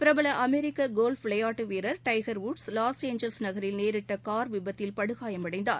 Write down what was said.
பிரபலஅமெரிக்ககோல்ப் விளையாட்டுவீரர் Tiger Woods Los Angeles நகரில் நேரிட்டகார் விபத்தில் படுகாயமடைந்தார்